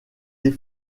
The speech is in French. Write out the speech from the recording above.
des